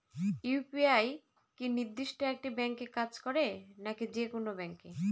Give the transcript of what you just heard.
UPI কি নির্দিষ্ট একটি ব্যাংকে কাজ করে নাকি যে কোনো ব্যাংকে?